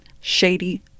shady